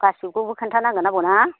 गासिबखौबो खोन्थानांगोन ना आबौना